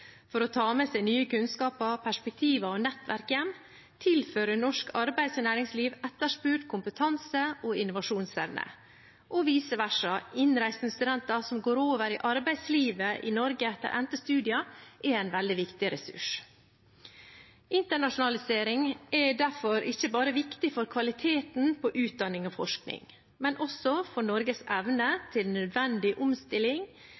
for å ta med seg nye kunnskaper, perspektiver og nettverk hjem, tilfører norsk arbeids- og næringsliv etterspurt kompetanse og innovasjonsevne. Vice versa er innreisende studenter som går over i arbeidslivet i Norge etter endte studier, en veldig viktig ressurs. Internasjonalisering er derfor ikke bare viktig for kvaliteten på utdanning og forskning, men også for Norges evne til nødvendig omstilling,